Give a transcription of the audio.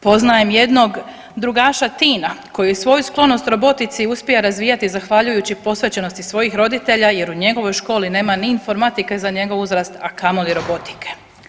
Poznajem jednog drugaša Tina koji je svoju sklonost robotici uspio razvijati zahvaljujući posvećenosti svojih roditelja jer u njegovoj školi nema ni informatike za njegov uzrast, a kamoli robotike.